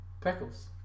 pickles